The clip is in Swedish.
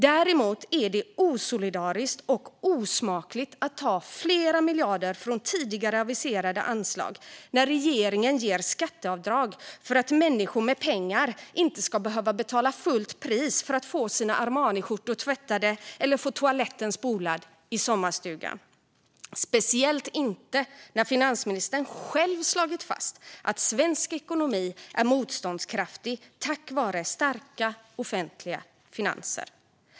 Vi anser att det är osolidariskt och osmakligt att ta flera miljarder från tidigare aviserade anslag när regeringen ger skatteavdrag för att människor med pengar inte ska behöva betala fullt pris för att få sina Armaniskjortor tvättade eller få toaletten spolad i sommarstugan - speciellt inte när finansministern själv slagit fast att svensk ekonomi är motståndskraftig tack vare starka offentliga finanser.